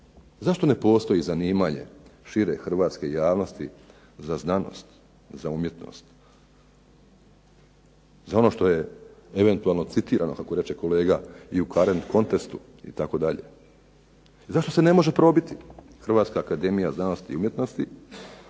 Zašto ne postoji zanimanje šire hrvatske javnosti za znanost, za umjetnost, za ono što je eventualno citirano kako reče kolega i u .../Govornik se ne razumije./... itd. Zašto se ne može probiti Hrvatska akademija znanosti i umjetnosti